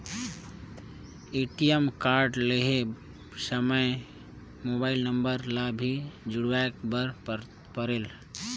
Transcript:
ATM card लहे समय mobile number ला भी जुड़वाए बर परेल?